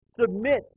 submit